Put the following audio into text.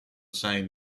same